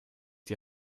die